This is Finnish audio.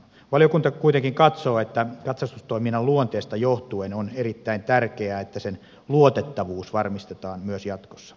valiokunta kuitenkin katsoo että katsastustoiminnan luonteesta johtuen on erittäin tärkeää että sen luotettavuus varmistetaan myös jatkossa